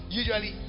usually